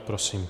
Prosím.